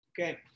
Okay